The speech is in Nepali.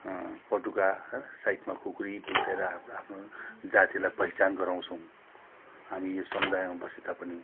पटुका साइडमा खुकुरी भिरेर हाम्रो आफ्नो जातिलाई पहिचान गराउँछौँ हामी समुदायमा बसे तापनि